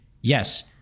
yes